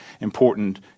important